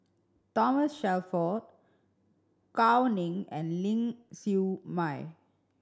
Thomas Shelford Gao Ning and Ling Siew May